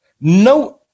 no